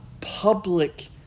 public